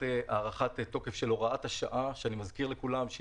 הארכת תוקף של הוראת השעה לשנתיים.